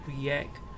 react